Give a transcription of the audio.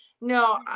no